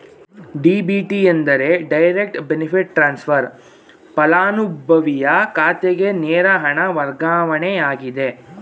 DBT ಎಂದರೆ direct benefit transfer, ಪಲಾನುಭವಿಯ ಖಾತೆಗೆ ನೇರ ಹಣ ವರ್ಗಾವಣೆಯಾಗಿದೆ